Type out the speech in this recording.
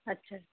ਅੱਛਾ